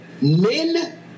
men